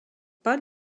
pas